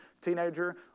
teenager